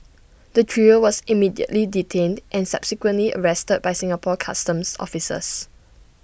the trio was immediately detained and subsequently arrested by Singapore Customs officers